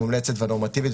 המומלצת והנורמטיבית,